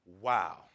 Wow